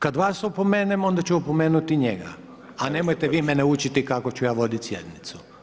Kad vas opomenem, onda ću opomenuti i njega, a nemojte vi mene učiti kako ću ja voditi sjednicu.